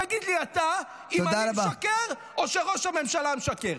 תגיד לי אתה אם אני משקר או שראש הממשלה משקר.